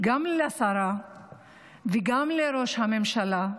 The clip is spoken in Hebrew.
גם לשרה וגם לראש הממשלה,